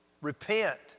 Repent